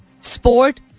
sport